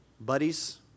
buddies